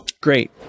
great